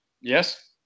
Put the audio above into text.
Yes